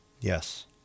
Yes